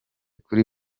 kuri